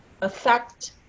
affect